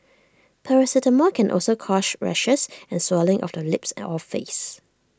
paracetamol can also cause rashes and swelling of the lips or face